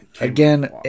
again